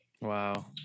wow